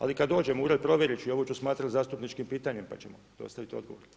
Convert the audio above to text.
Ali kad dođem u ured, provjeriti ću i ovo ću smatrati zastupničkim pitanjem, pa ćemo dostaviti odgovor.